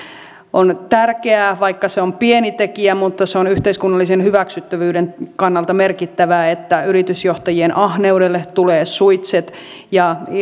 on tärkeää vaikka se on pieni tekijä mutta se on yhteiskunnallisen hyväksyttävyyden kannalta merkittävää että yritysjohtajien ahneudelle tulee suitset ja